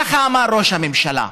ככה אמר ראש הממשלה.